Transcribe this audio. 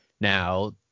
now